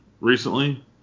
recently